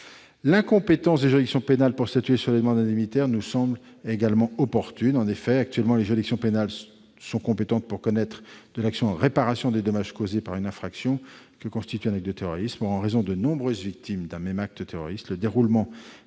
L'incompétence des juridictions pénales pour statuer sur les demandes indemnitaires nous semble également opportune. En effet, actuellement, les juridictions pénales sont compétentes pour connaître de l'action en réparation des dommages causés par une infraction qui constitue un acte de terrorisme. Or, en raison des nombreuses victimes d'un même acte terroriste,